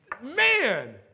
Man